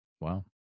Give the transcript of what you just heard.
Wow